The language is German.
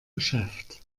geschäft